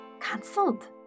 cancelled